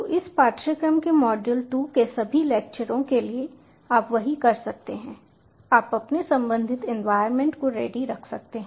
तो इस पाठ्यक्रम के मॉड्यूल 2 के सभी लेक्चरों के लिए आप वही कर सकते हैं आप अपने संबंधित एनवायरनमेंट को रेडी रख सकते हैं